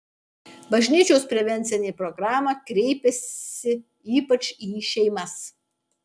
bažnyčios prevencinė programa kreipiasi ypač į šeimas